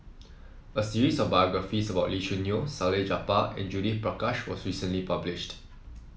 a series of biographies about Lee Choo Neo Salleh Japar and Judith Prakash was recently published